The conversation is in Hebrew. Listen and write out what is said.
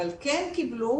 אבל כן קיבלו,